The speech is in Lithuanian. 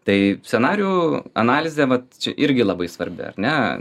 tai scenarijų analizė vat čia irgi labai svarbi ar ne